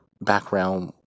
background